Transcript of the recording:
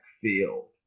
field